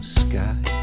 sky